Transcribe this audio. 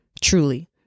truly